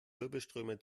wirbelströme